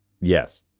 Yes